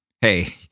Hey